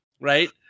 right